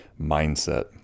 mindset